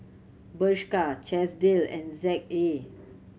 Bershka Chesdale and Z A